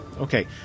Okay